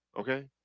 okay